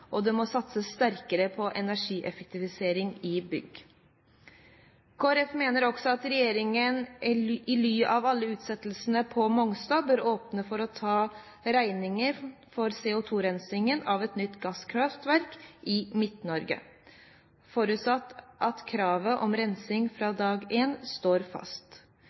Og det må satses sterkere på energieffektivisering i bygg. Kristelig Folkeparti mener også at regjeringen i lys av alle utsettelsene på Mongstad bør åpne for å ta regningen for CO2-rensing av et nytt gasskraftverk i Midt-Norge, forutsatt at kravet om rensing fra dag én står fast.